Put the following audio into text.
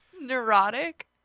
Neurotic